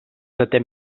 setè